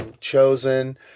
Chosen